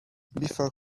before